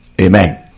Amen